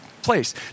place